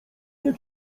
nie